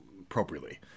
appropriately